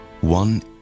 One